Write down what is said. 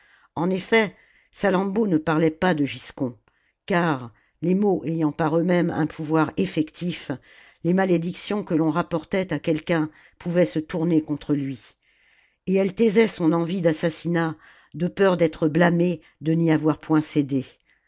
en effet salammbô ne parlait pas de glscon car les mots ayant par eux-mêmes un pouvoir effectif les malédictions que ton rapportait à quelqu'un pouvaient se tourner contre lui et elle taisait son envie d'assassinat de peur d'être blâmée de n'y avoir point cédé